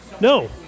No